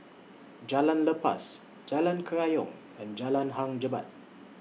Jalan Lepas Jalan Kerayong and Jalan Hang Jebat